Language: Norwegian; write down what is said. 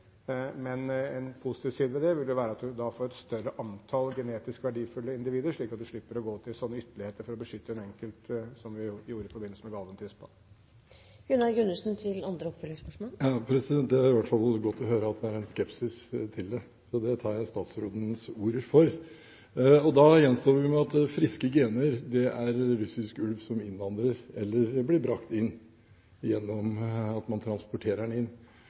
En positiv side ved det vil være at vi får et større antall genetisk verdifulle individer, slik at vi slipper å gå til ytterligheter for å beskytte et enkelt individ, som vi gjorde i forbindelse med Galventispa. Det er i hvert fall godt å høre at det er skepsis til dette – det tar jeg statsrådens ord for. Da står vi igjen med at friske gener er russisk ulv som innvandrer, eller blir brakt inn ved at man transporterer den inn.